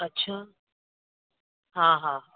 अच्छा हा हा